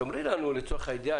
תאמרי לנו לצורך הידיעה,